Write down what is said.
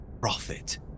prophet